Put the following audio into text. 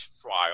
trial